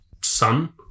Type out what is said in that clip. son